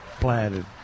planted